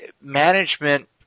management